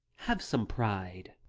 have some pride.